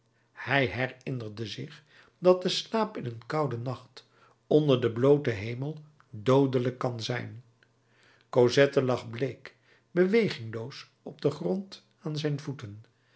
hij herinnerde zich dat de slaap in een kouden nacht onder den blooten hemel doodelijk kan zijn cosette lag bleek bewegingloos op den grond aan zijn voeten